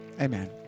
Amen